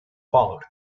followed